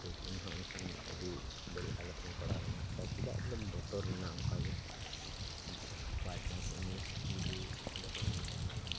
ᱴᱷᱤᱠ ᱤᱧ ᱦᱚᱸ ᱚᱱᱠᱟᱱ ᱟᱹᱰᱤ ᱵᱟᱹᱲᱤᱡ ᱦᱟᱞᱚᱛ ᱨᱮᱧ ᱯᱟᱲᱟᱣ ᱞᱮᱱᱟ ᱪᱮᱫᱟᱜ ᱵᱚᱞᱮᱢ ᱵᱚᱛᱚᱨᱱᱟ ᱚᱱᱠᱟ ᱜᱮ ᱵᱟᱭᱪᱟᱥ ᱩᱱᱤ ᱡᱩᱫᱤ ᱚᱸᱰᱮ ᱠᱷᱚᱡ ᱩᱰᱩᱠ ᱛᱮᱱᱟᱜ ᱞᱮᱱᱠᱷᱟᱡ